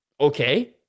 Okay